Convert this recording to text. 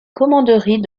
commanderie